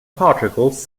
particles